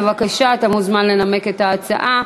בבקשה, אתה מוזמן לנמק את ההצעה.